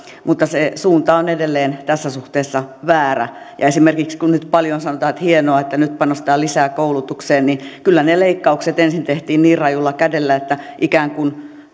mutta se suunta on edelleen tässä suhteessa väärä esimerkiksi kun nyt paljon sanotaan että hienoa että nyt panostetaan lisää koulutukseen niin kyllä ne leikkaukset ensin tehtiin niin rajulla kädellä että ikään kuin